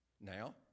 Now